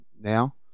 now